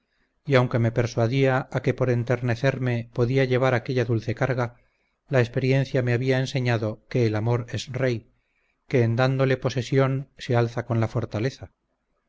y aunque me persuadía a que por entretenerme podía llevar aquella dulce carga la experiencia me había enseñado que el amor es rey que en dándole posesión se alza con la fortaleza